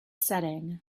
setting